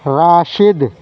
Rashid